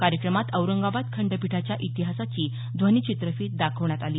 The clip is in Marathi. कार्यक्रमात औरंगाबाद खंडपीठाच्या इतिहासाची ध्वनी चित्रफित दाखवण्यात आली